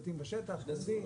הצוותים בשטח, עובדים.